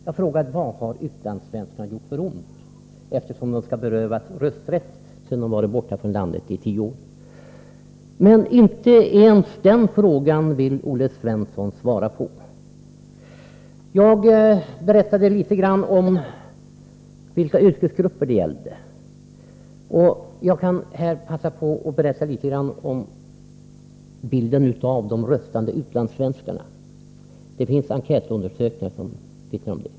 Jag frågade: Vad har utlandssvenskarna gjort för ont, eftersom de skall berövas rösträtt när de har varit borta från landet i tio år? Inte ens den frågan vill Olle Svensson svara på. Jag berättade tidigare litet grand om vilka yrkesgrupper det gällde. Jag skall passa på att berätta litet om de röstande utlandssvenskarna. Det har gjorts enkätundersökningar.